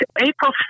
April